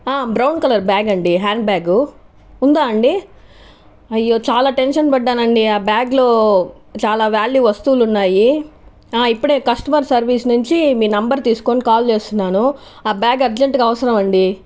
brown colour bag అండి hand bag ఉందా అండి అయ్యో చాలా టెన్షన్ పడ్డానండి ఆ బ్యాగ్ లో చాలా వ్యాల్యూ వస్తువులు ఉన్నాయి ఇప్పుడే కస్టమర్ సర్వీస్ నుంచి మీ నంబర్ తీసుకొని కాల్ చేస్తున్నాను ఆ బ్యాగ్ అర్జెంట్ గా అవసరమండి